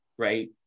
Right